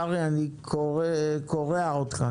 קרעי, אני קורע אותך.